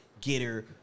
getter